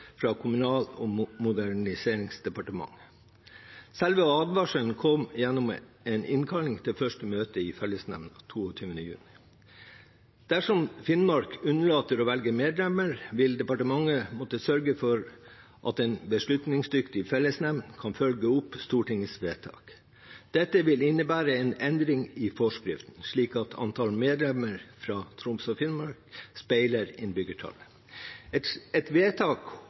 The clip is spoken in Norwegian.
fra Kommunal- og moderniseringsdepartementet. Selve advarselen kom gjennom en innkalling til første møte i fellesnemnda 22. juni. Dersom Finnmark unnlater å velge medlemmer, vil departementet måtte sørge for at en beslutningsdyktig fellesnemnd kan følge opp Stortingets vedtak. Dette vil innebære en endring i forskrift, slik at antallet medlemmer fra Troms og Finnmark speiler innbyggertallet. Et